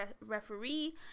Referee